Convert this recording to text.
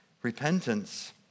Repentance